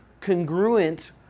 congruent